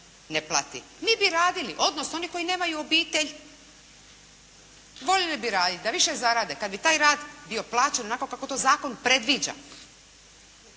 ne plati. Mi bi radili, odnosno oni koji nemaju obitelj, voljeli bi raditi da više zarade kada bi taj rad bio plaćen onako kako to zakon predviđa.